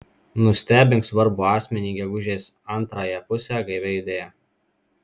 nustebink svarbų asmenį gegužės antrąją pusę gaivia idėja